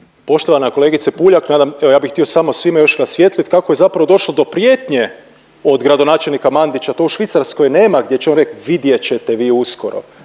Poštovana kolegice Puljak, evo ja bih htio samo svima još rasvijetliti kako je zapravo došlo do prijetnje od gradonačelnika Mandića. To u Švicarskoj nema gdje će on reći vidjet ćete vi uskoro.